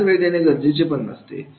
जास्त वेळा देणे गरजेचे पण नसते